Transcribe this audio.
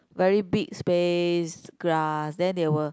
very big space grass then they will